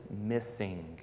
missing